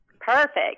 Perfect